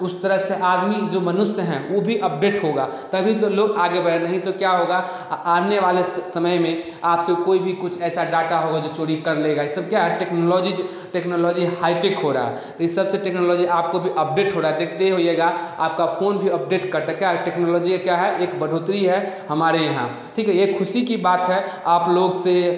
उस तरह से आदमी जो मनुष्य हैं वो भी अपडेट होगा तभी तो लोग आगे बढ़ें नही तो क्या होगा आने वाले समय में आपसे कोई भी कुछ ऐसा डाटा होगा जो चोरी कर लेगा ये सब क्या है टेक्नोलॉजी जो टेक्नोलॉजी हाईटेक हो रहा है तो ये सबसे टेक्नोलॉजी आपको भी अपडेट हो रहा है देखते होइएगा आपका फोन भी अपडेट करता क्या है टेक्नोलॉजी ये क्या है एक बढ़ोतरी है हमारे यहाँ ठीक है ये खुशी की बात है आप लोग से